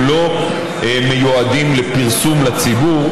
לא מיועדים לפרסום לציבור.